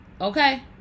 okay